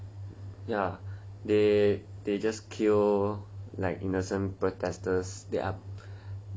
ya they they just kill like innocent protesters that are protesting peacefully